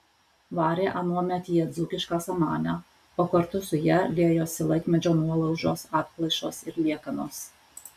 varė anuomet jie dzūkišką samanę o kartu su ja liejosi laikmečio nuolaužos atplaišos ir liekanos